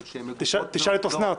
שהן מגובות בעובדות --- תשאל את אוסנת.